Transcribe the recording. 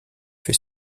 fait